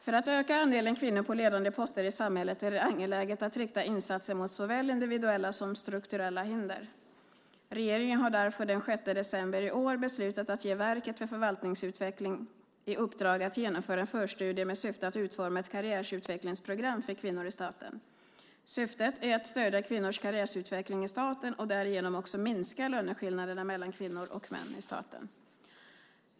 För att öka andelen kvinnor på ledande poster i samhället är det angeläget att rikta insatser mot såväl individuella som strukturella hinder. Regeringen har därför den 6 december i år beslutat att ge Verket för förvaltningsutveckling, Verva, i uppdrag att genomföra en förstudie med syfte att utforma ett karriärutvecklingsprogram för kvinnor i staten. Syftet är att stödja kvinnors karriärutveckling i staten och därigenom också minska löneskillnaderna mellan kvinnor och män i staten.